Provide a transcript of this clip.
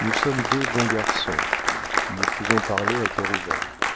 nous sommes deux bons garçons nous pouvons parler à cœur ouvert